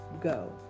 go